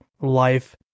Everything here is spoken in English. life